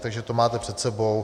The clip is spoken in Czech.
Takže to máte před sebou.